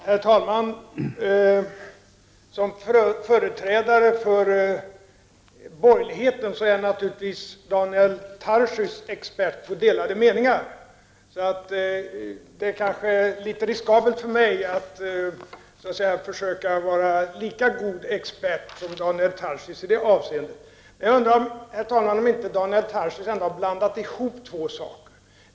Herr talman! Som företrädare för borgerligheten är Daniel Tarschys naturligtvis expert på delade meningar. Det är kanske något riskabelt för mig att föj a vara lika god expert som Daniel Tarschys i detta avseende. Jag undrar om Daniel Tarschys ända inte har blandat ihop två saker.